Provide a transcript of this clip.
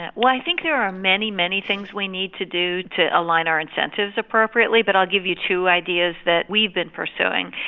and well i think there are many, many things we need to do to align our incentives appropriately but i'll give you two ideas that we've been pursuing.